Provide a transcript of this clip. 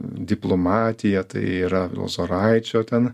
diplomatija tai yra lozoraičio ten